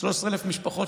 13,000 משפחות,